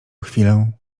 chwilę